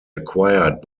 acquired